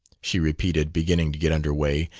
she repeated, beginning to get under way.